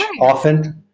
often